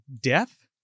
death